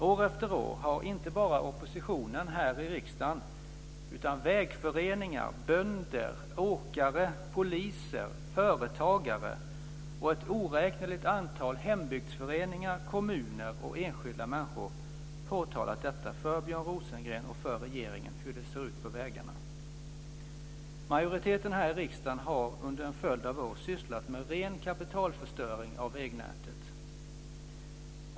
År efter år har inte bara oppositionen här i riksdagen, utan vägföreningar, bönder, åkare, poliser, företagare och ett oräkneligt antal hembygdsföreningar, kommuner och enskilda människor påtalat för Björn Rosengren och regeringen hur det ser ut på vägarna. Majoriteten i riksdagen har under en följd av år sysslat med ren kapitalförstöring av vägnätet.